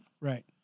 Right